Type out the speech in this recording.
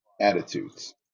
attitudes